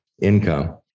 income